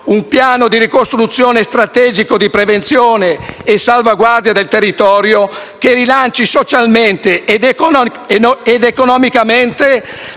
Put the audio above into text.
un piano di ricostruzione strategico di prevenzione e salvaguardia del territorio che rilanci socialmente ed economicamente